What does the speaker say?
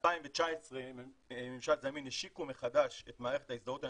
ב-2019 ממשל זמין השיקו מחדש את מערכת ההזדהות הממשלתית,